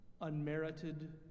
unmerited